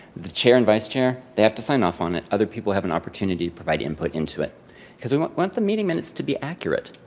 the chair and vice chair, they have to sign off on it. other people have an opportunity to provide input into it because we want want the meeting minutes to be accurate,